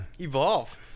evolve